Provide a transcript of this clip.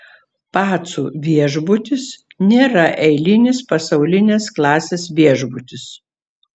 pacų viešbutis nėra eilinis pasaulinės klasės viešbutis